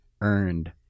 earned